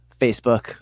Facebook